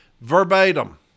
Verbatim